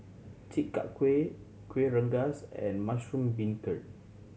Chi Kak Kuih Kuih Rengas and mushroom beancurd